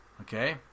Okay